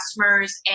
customers